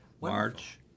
March